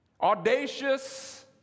audacious